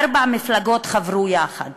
ארבע מפלגות חברו יחד